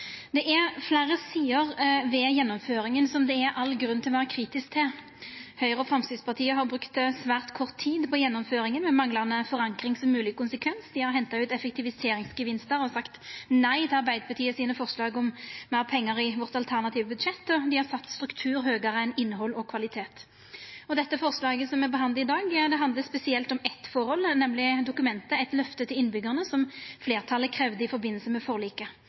Det er fleire sider ved gjennomføringa som det er all grunn til å vera kritisk til. Høgre og Framstegspartiet har brukt svært kort tid på gjennomføringa, med manglande forankring som mogleg konsekvens. Dei har henta ut effektiviseringsgevinstar og sagt nei til forslaga om meir pengar i Arbeidarpartiet sitt alternative budsjett, og dei har sett struktur høgare enn innhald og kvalitet. Det forslaget me behandlar i dag, handlar spesielt om eitt forhold, nemleg dokumentet «Et løfte til innbyggerne», som fleirtalet kravde i samband med forliket.